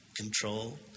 control